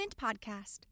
podcast